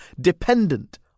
dependent